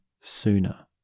sooner